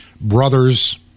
brothers